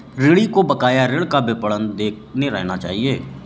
ऋणी को बकाया ऋण का विवरण देखते रहना चहिये